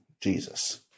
Jesus